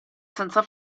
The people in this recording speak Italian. senza